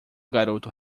garoto